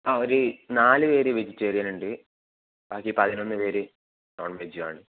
ആ ഒരു നാല് പേര് വെജിറ്റേറിയനുണ്ട് ബാക്കി പതിനൊന്ന് പേര് നോൺവെജുമാണ്